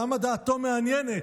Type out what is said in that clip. למה דעתו מעניינת"?